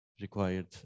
required